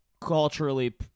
culturally